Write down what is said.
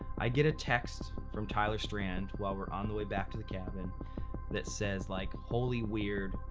i get a text from tyler strand while we're on the way back to the cabin that says, like, holy weird!